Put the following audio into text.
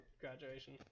graduation